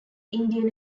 indian